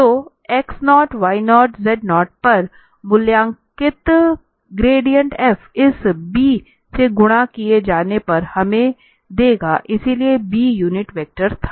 तो x 0 y 0 z 0 पर मूल्यांकित ग्रेडिएंट f इस b से गुणा किए जाने पर हमें देगा इसलिए b यूनिट वेक्टर था